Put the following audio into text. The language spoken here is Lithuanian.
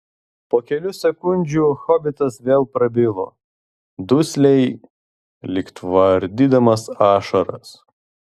po kelių sekundžių hobitas vėl prabilo dusliai lyg tvardydamas ašaras